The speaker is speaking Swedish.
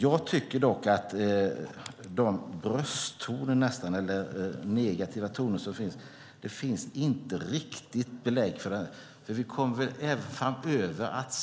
Jag tycker dock att det inte riktigt finns belägg för de brösttoner eller negativa toner som finns. Vi kommer även framöver att se att utvecklingen på båtsidan, när det gäller fartygen, inte har stått stilla.